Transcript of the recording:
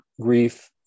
grief